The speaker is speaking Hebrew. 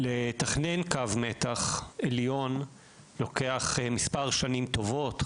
לתכנן קו מתח עליון לוקח מספר שנים טובות,